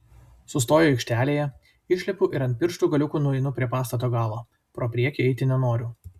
sustoju aikštelėje išlipu ir ant pirštų galiukų nueinu prie pastato galo pro priekį eiti nenoriu